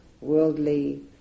worldly